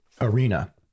arena